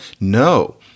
No